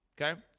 Okay